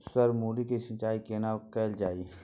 Sir मूली के सिंचाई केना कैल जाए?